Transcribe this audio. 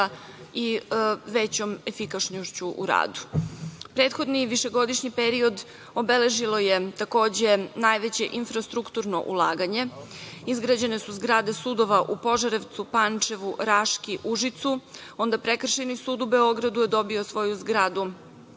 i većom efikasnošću u radu. Prethodni višegodišnji period obeležilo je, takođe, najveće infrastrukturno ulaganje. Izgrađene su zgrade sudova u Požarevcu, Pančevu, Raški, Užicu, onda Prekršajni sud u Beogradu je dobio svoju zgradu.